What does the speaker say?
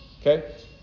okay